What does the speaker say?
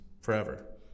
forever